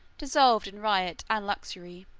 dissolved in riot and luxury,